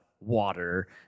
water